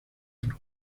por